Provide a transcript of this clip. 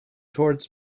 towards